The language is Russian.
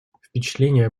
впечатление